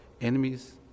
enemies